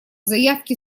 заявке